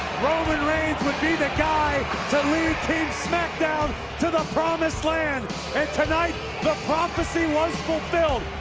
roman reigns would be the guy to lead team smackdown to the promised land. and tonight the prophecy was fulfilled,